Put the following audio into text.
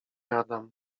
adam